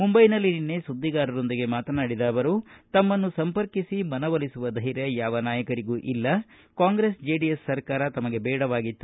ಮುಂಬೈನಲ್ಲಿ ಸುದ್ದಿಗಾರರೊಂದಿಗೆ ಮಾತನಾಡಿದ ಅವರು ತಮ್ಮನ್ನು ಸಂಪರ್ಕಿಸಿ ಮನವೊಲಿಸುವ ಧೈರ್ಯ ಯಾವ ನಾಯಕರಿಗೂ ಇಲ್ಲ ಕಾಂಗ್ರೆಸ್ ಜೆಡಿಎಸ್ ಸರ್ಕಾರ ತಮಗೆ ಬೇಡವಾಗಿತ್ತು